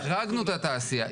החרגנו את התעשייה.